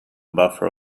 buffer